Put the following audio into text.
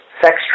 sex